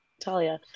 Talia